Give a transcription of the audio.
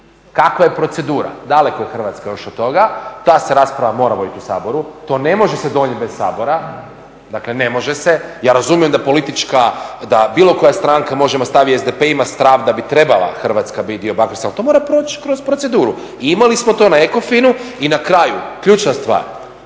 kakva je procedura, daleko je Hrvatska još od toga. Ta se rasprava mora voditi u Saboru, to se ne može donijeti bez sabora. Ja razumijem da politička da bilo koja stranka možemo staviti SDP ima stav da bi trebala biti Hrvatska dio bankarske, ali to mora proći kroz proceduru. Imali smo to na ECOFIN-u. I na kraju ključna stvar,